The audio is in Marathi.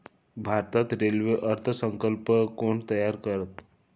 भारतात रेल्वे अर्थ संकल्प कोण तयार करतं?